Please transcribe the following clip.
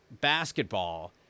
basketball